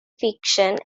fiction